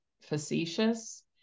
facetious